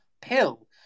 Pill